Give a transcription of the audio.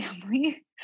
family